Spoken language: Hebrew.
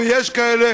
ויש כאלה,